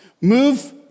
Move